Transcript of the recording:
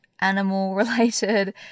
animal-related